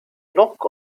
knock